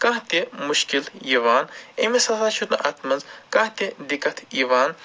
کانٛہہ تہِ مُشکِل یِوان أمِس ہسا چھُنہٕ اَتھ منٛز کانٛہہ تہِ دِقت یِوان